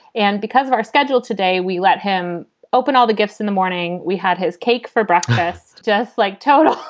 and because of our schedule today, we let him open all the gifts in the morning. we had his cake for breakfast, just like total.